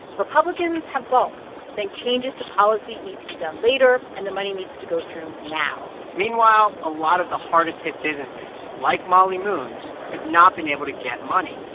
republicans have balked, saying changes to policy need to be done later, and the money needs to go through now meanwhile, a lot of the hardest-hit businesses, like molly moon's, have not been able to get money.